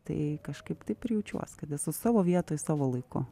tai kažkaip taip ir jaučiuos kad esu savo vietoj savo laiku